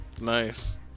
Nice